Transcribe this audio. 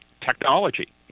technology